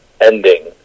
ending